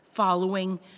following